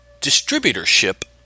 distributorship